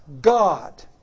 God